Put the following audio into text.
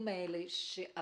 תעשה את זה בצורה רשמית, שי.